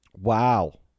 Wow